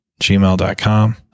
gmail.com